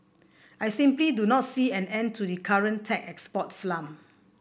I simply do not see an end to the current tech export slump